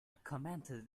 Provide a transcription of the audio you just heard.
commented